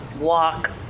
walk